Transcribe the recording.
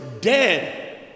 dead